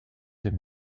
des